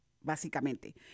básicamente